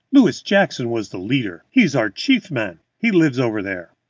louis jackson was the leader. he is our chief man. he lives over there.